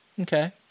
Okay